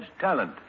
talent